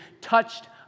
Touched